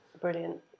Brilliant